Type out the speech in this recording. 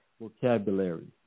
vocabulary